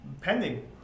pending